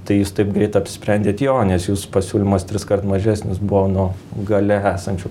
tai jūs taip greit apsisprendėt jo nes jūsų pasiūlymas triskart mažesnis buvo nuo gale esančių